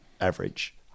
average